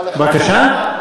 בבקשה?